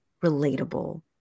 relatable